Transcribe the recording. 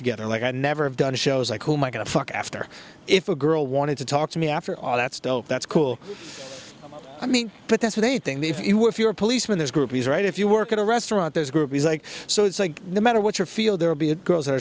together like i'd never have done shows like who am i going to fuck after if a girl wanted to talk to me after all that's dope that's cool i mean but that's one thing if you were if you're a policeman this group is right if you work in a restaurant there's groupies like so it's like no matter what your field there will be a girls are